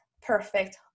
perfect